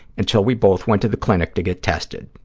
until we both went to the clinic to get tested.